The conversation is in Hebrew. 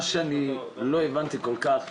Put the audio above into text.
מה שאני לא הבנתי כל כך,